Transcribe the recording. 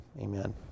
amen